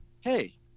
Hey